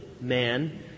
man